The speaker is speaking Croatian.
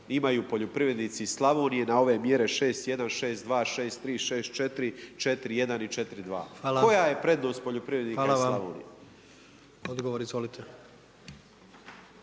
imaju poljoprivrednici iz Slavonije, na ove mjere 6.1., 6.2., 6.4., 4.1. i 4.2. Koja je prednost poljoprivrednika iz Slavonije? **Jandroković,